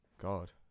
God